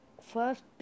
first